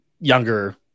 younger